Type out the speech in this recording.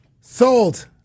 sold